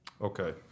Okay